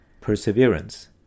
Perseverance